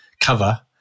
cover